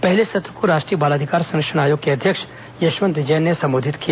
प्रथम सत्र को राष्ट्रीय बाल अधिकार संरक्षण आयोग के अध्यक्ष यशवंत जैन ने संबोधित किया